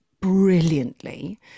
brilliantly